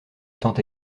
étant